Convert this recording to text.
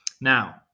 Now